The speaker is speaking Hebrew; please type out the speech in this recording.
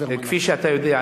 כפי שאתה יודע,